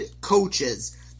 coaches